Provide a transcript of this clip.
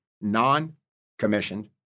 non-commissioned